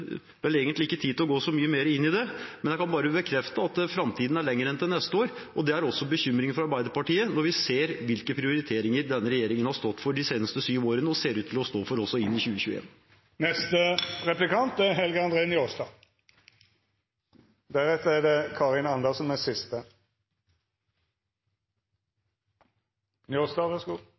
mye mer inn i det, men jeg kan bare bekrefte at framtiden varer lenger enn til neste år. Det er også bekymringen for Arbeiderpartiet når vi ser hvilke prioriteringer denne regjeringen har stått for de seneste syv årene og ser ut til å stå for også innen 2021. Det er trygt å høyra at Arbeidarpartiet definerer framtida så lenge ho berre er eitt år. Men dei er